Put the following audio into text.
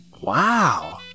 Wow